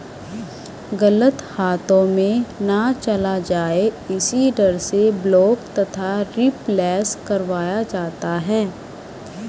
गलत हाथों में ना चला जाए इसी डर से ब्लॉक तथा रिप्लेस करवाया जाता है